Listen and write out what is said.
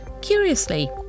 Curiously